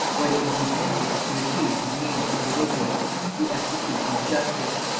what it would be iniquitous to refuse to the meanest individual the execution of justice.